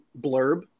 blurb